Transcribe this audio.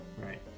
Right